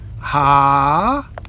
Ha